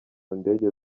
ndege